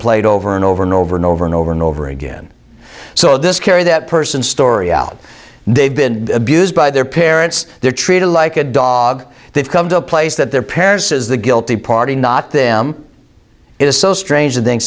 played over and over and over and over and over and over again so this carry that person story out they've been abused by their parents they're treated like a dog they've come to a place that their parents is the guilty party not them it is so strange that think